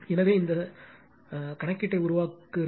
எனவே இது இந்த கணக்கீட்டை உருவாக்குகிறது